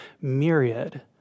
myriad